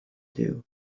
too